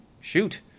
shoot